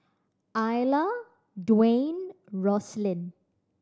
Iola Dwane Roselyn